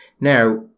Now